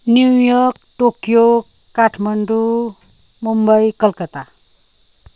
New York Tokyo Kathmandu Mumbai Calcutta